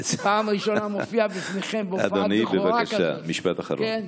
פעם ראשונה מופיע בפניכם בהופעת בכורה שכזאת, כן?